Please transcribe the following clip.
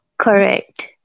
Correct